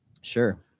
Sure